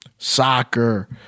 Soccer